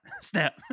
Snap